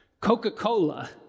Coca-Cola